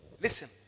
Listen